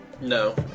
No